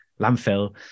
landfill